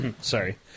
sorry